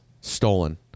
stolen